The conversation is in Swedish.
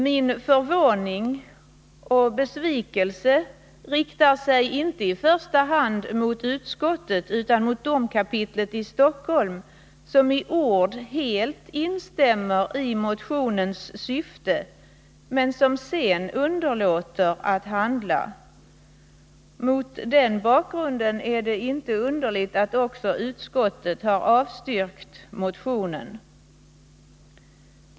Min förvåning och besvikelse riktar sig inte i första hand mot utskottet utan mot domkapitlet i Stockholm, som i ord helt instämmer i motionens syfte men som sedan underlåter att handla. Mot den bakgrunden är det inte underligt att utskottet har avstyrkt motionen!